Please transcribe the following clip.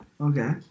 Okay